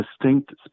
distinct